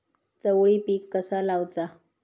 चवळी पीक कसा लावचा?